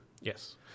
Yes